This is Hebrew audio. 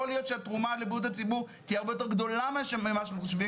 יכול להיות שהתרומה לבריאות הציבור הרבה יותר גדולה ממה שחושבים.